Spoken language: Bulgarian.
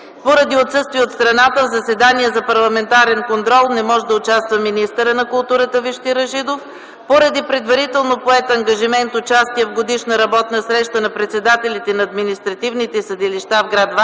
Поради отсъствие от страната в заседанието за парламентарен контрол не може да участва министърът на културата Вежди Рашидов. Поради предварително поет ангажимент – участие в Годишна работна среща на председателите на административните съдилища в гр.